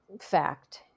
fact